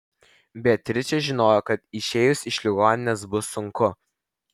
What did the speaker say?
beatričė žinojo kad išėjus iš ligoninės bus sunku